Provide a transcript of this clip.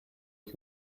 you